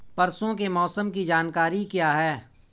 परसों के मौसम की जानकारी क्या है?